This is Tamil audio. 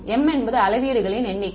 m என்பது அளவீடுகளின் எண்ணிக்கை